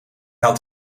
had